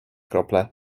krople